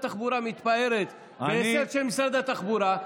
כששרת התחבורה מתפארת בהישג של משרד התחבורה,